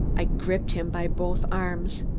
i gripped him by both arms.